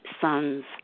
son's